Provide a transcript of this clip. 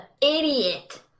idiot